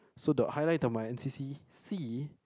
so the highlight of my N_C_C sea